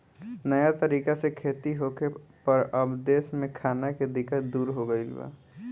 नया तरीका से खेती होखे पर अब देश में खाना के दिक्कत दूर हो गईल बा